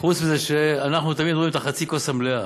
חוץ מזה שאנחנו תמיד רואים את חצי הכוס המלאה.